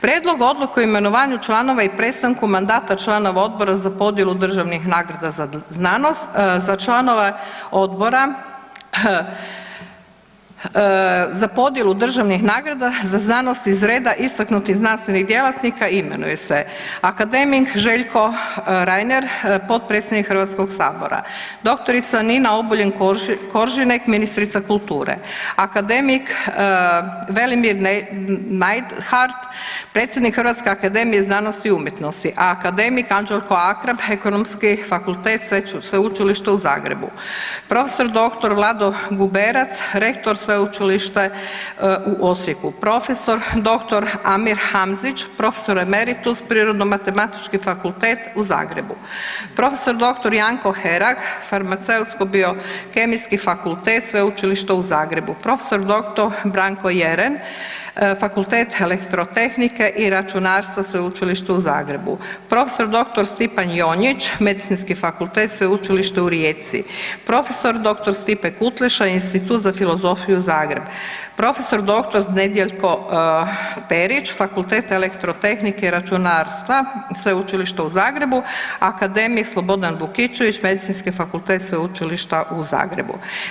Prijedlog Odluke o imenovanju članova i prestanku mandata članova Odbora za podjelu državnih nagrada za znanost, za članove Odbora za podjelu državnih nagrada za znanost iz reda istaknutih znanstvenih djelatnika imenuje se akademik Željko Reiner potpredsjednik Hrvatskog sabora, dr. Nina Obuljen Koržinek ministrica kulture, akademik Velim Neidhardt predsjednik HAZU-a, akademik Anđelko Akrap, Ekonomski fakultet Sveučilišta u Zagrebu, prof.dr. Vlado Guberac rektor Sveučilište u Osijeku, prof.dr. Amir Hamzić prof.emeritus Prirodno-matematički fakultet u Zagrebu, prof.dr. Janko Herak, Farmaceutsko-biokemijski fakultet Sveučilišta u Zagrebu, prof. dr. Branko Jeren, Fakultet elektrotehnike i računarstva Sveučilišta u Zagrebu, prof.dr. Stipan Jonjić, Medicinski fakultet Sveučilišta u Rijeci, prof.dr. Stipe Kutleša, Institut za filozofiju Zagreb, prof.dr. Nedjeljko Perić, Fakultet elektrotehnike i računarstva Sveučilišta u Zagrebu, akademik Slobodan Vukičević, Medicinski fakultet Sveučilišta u Zagrebu.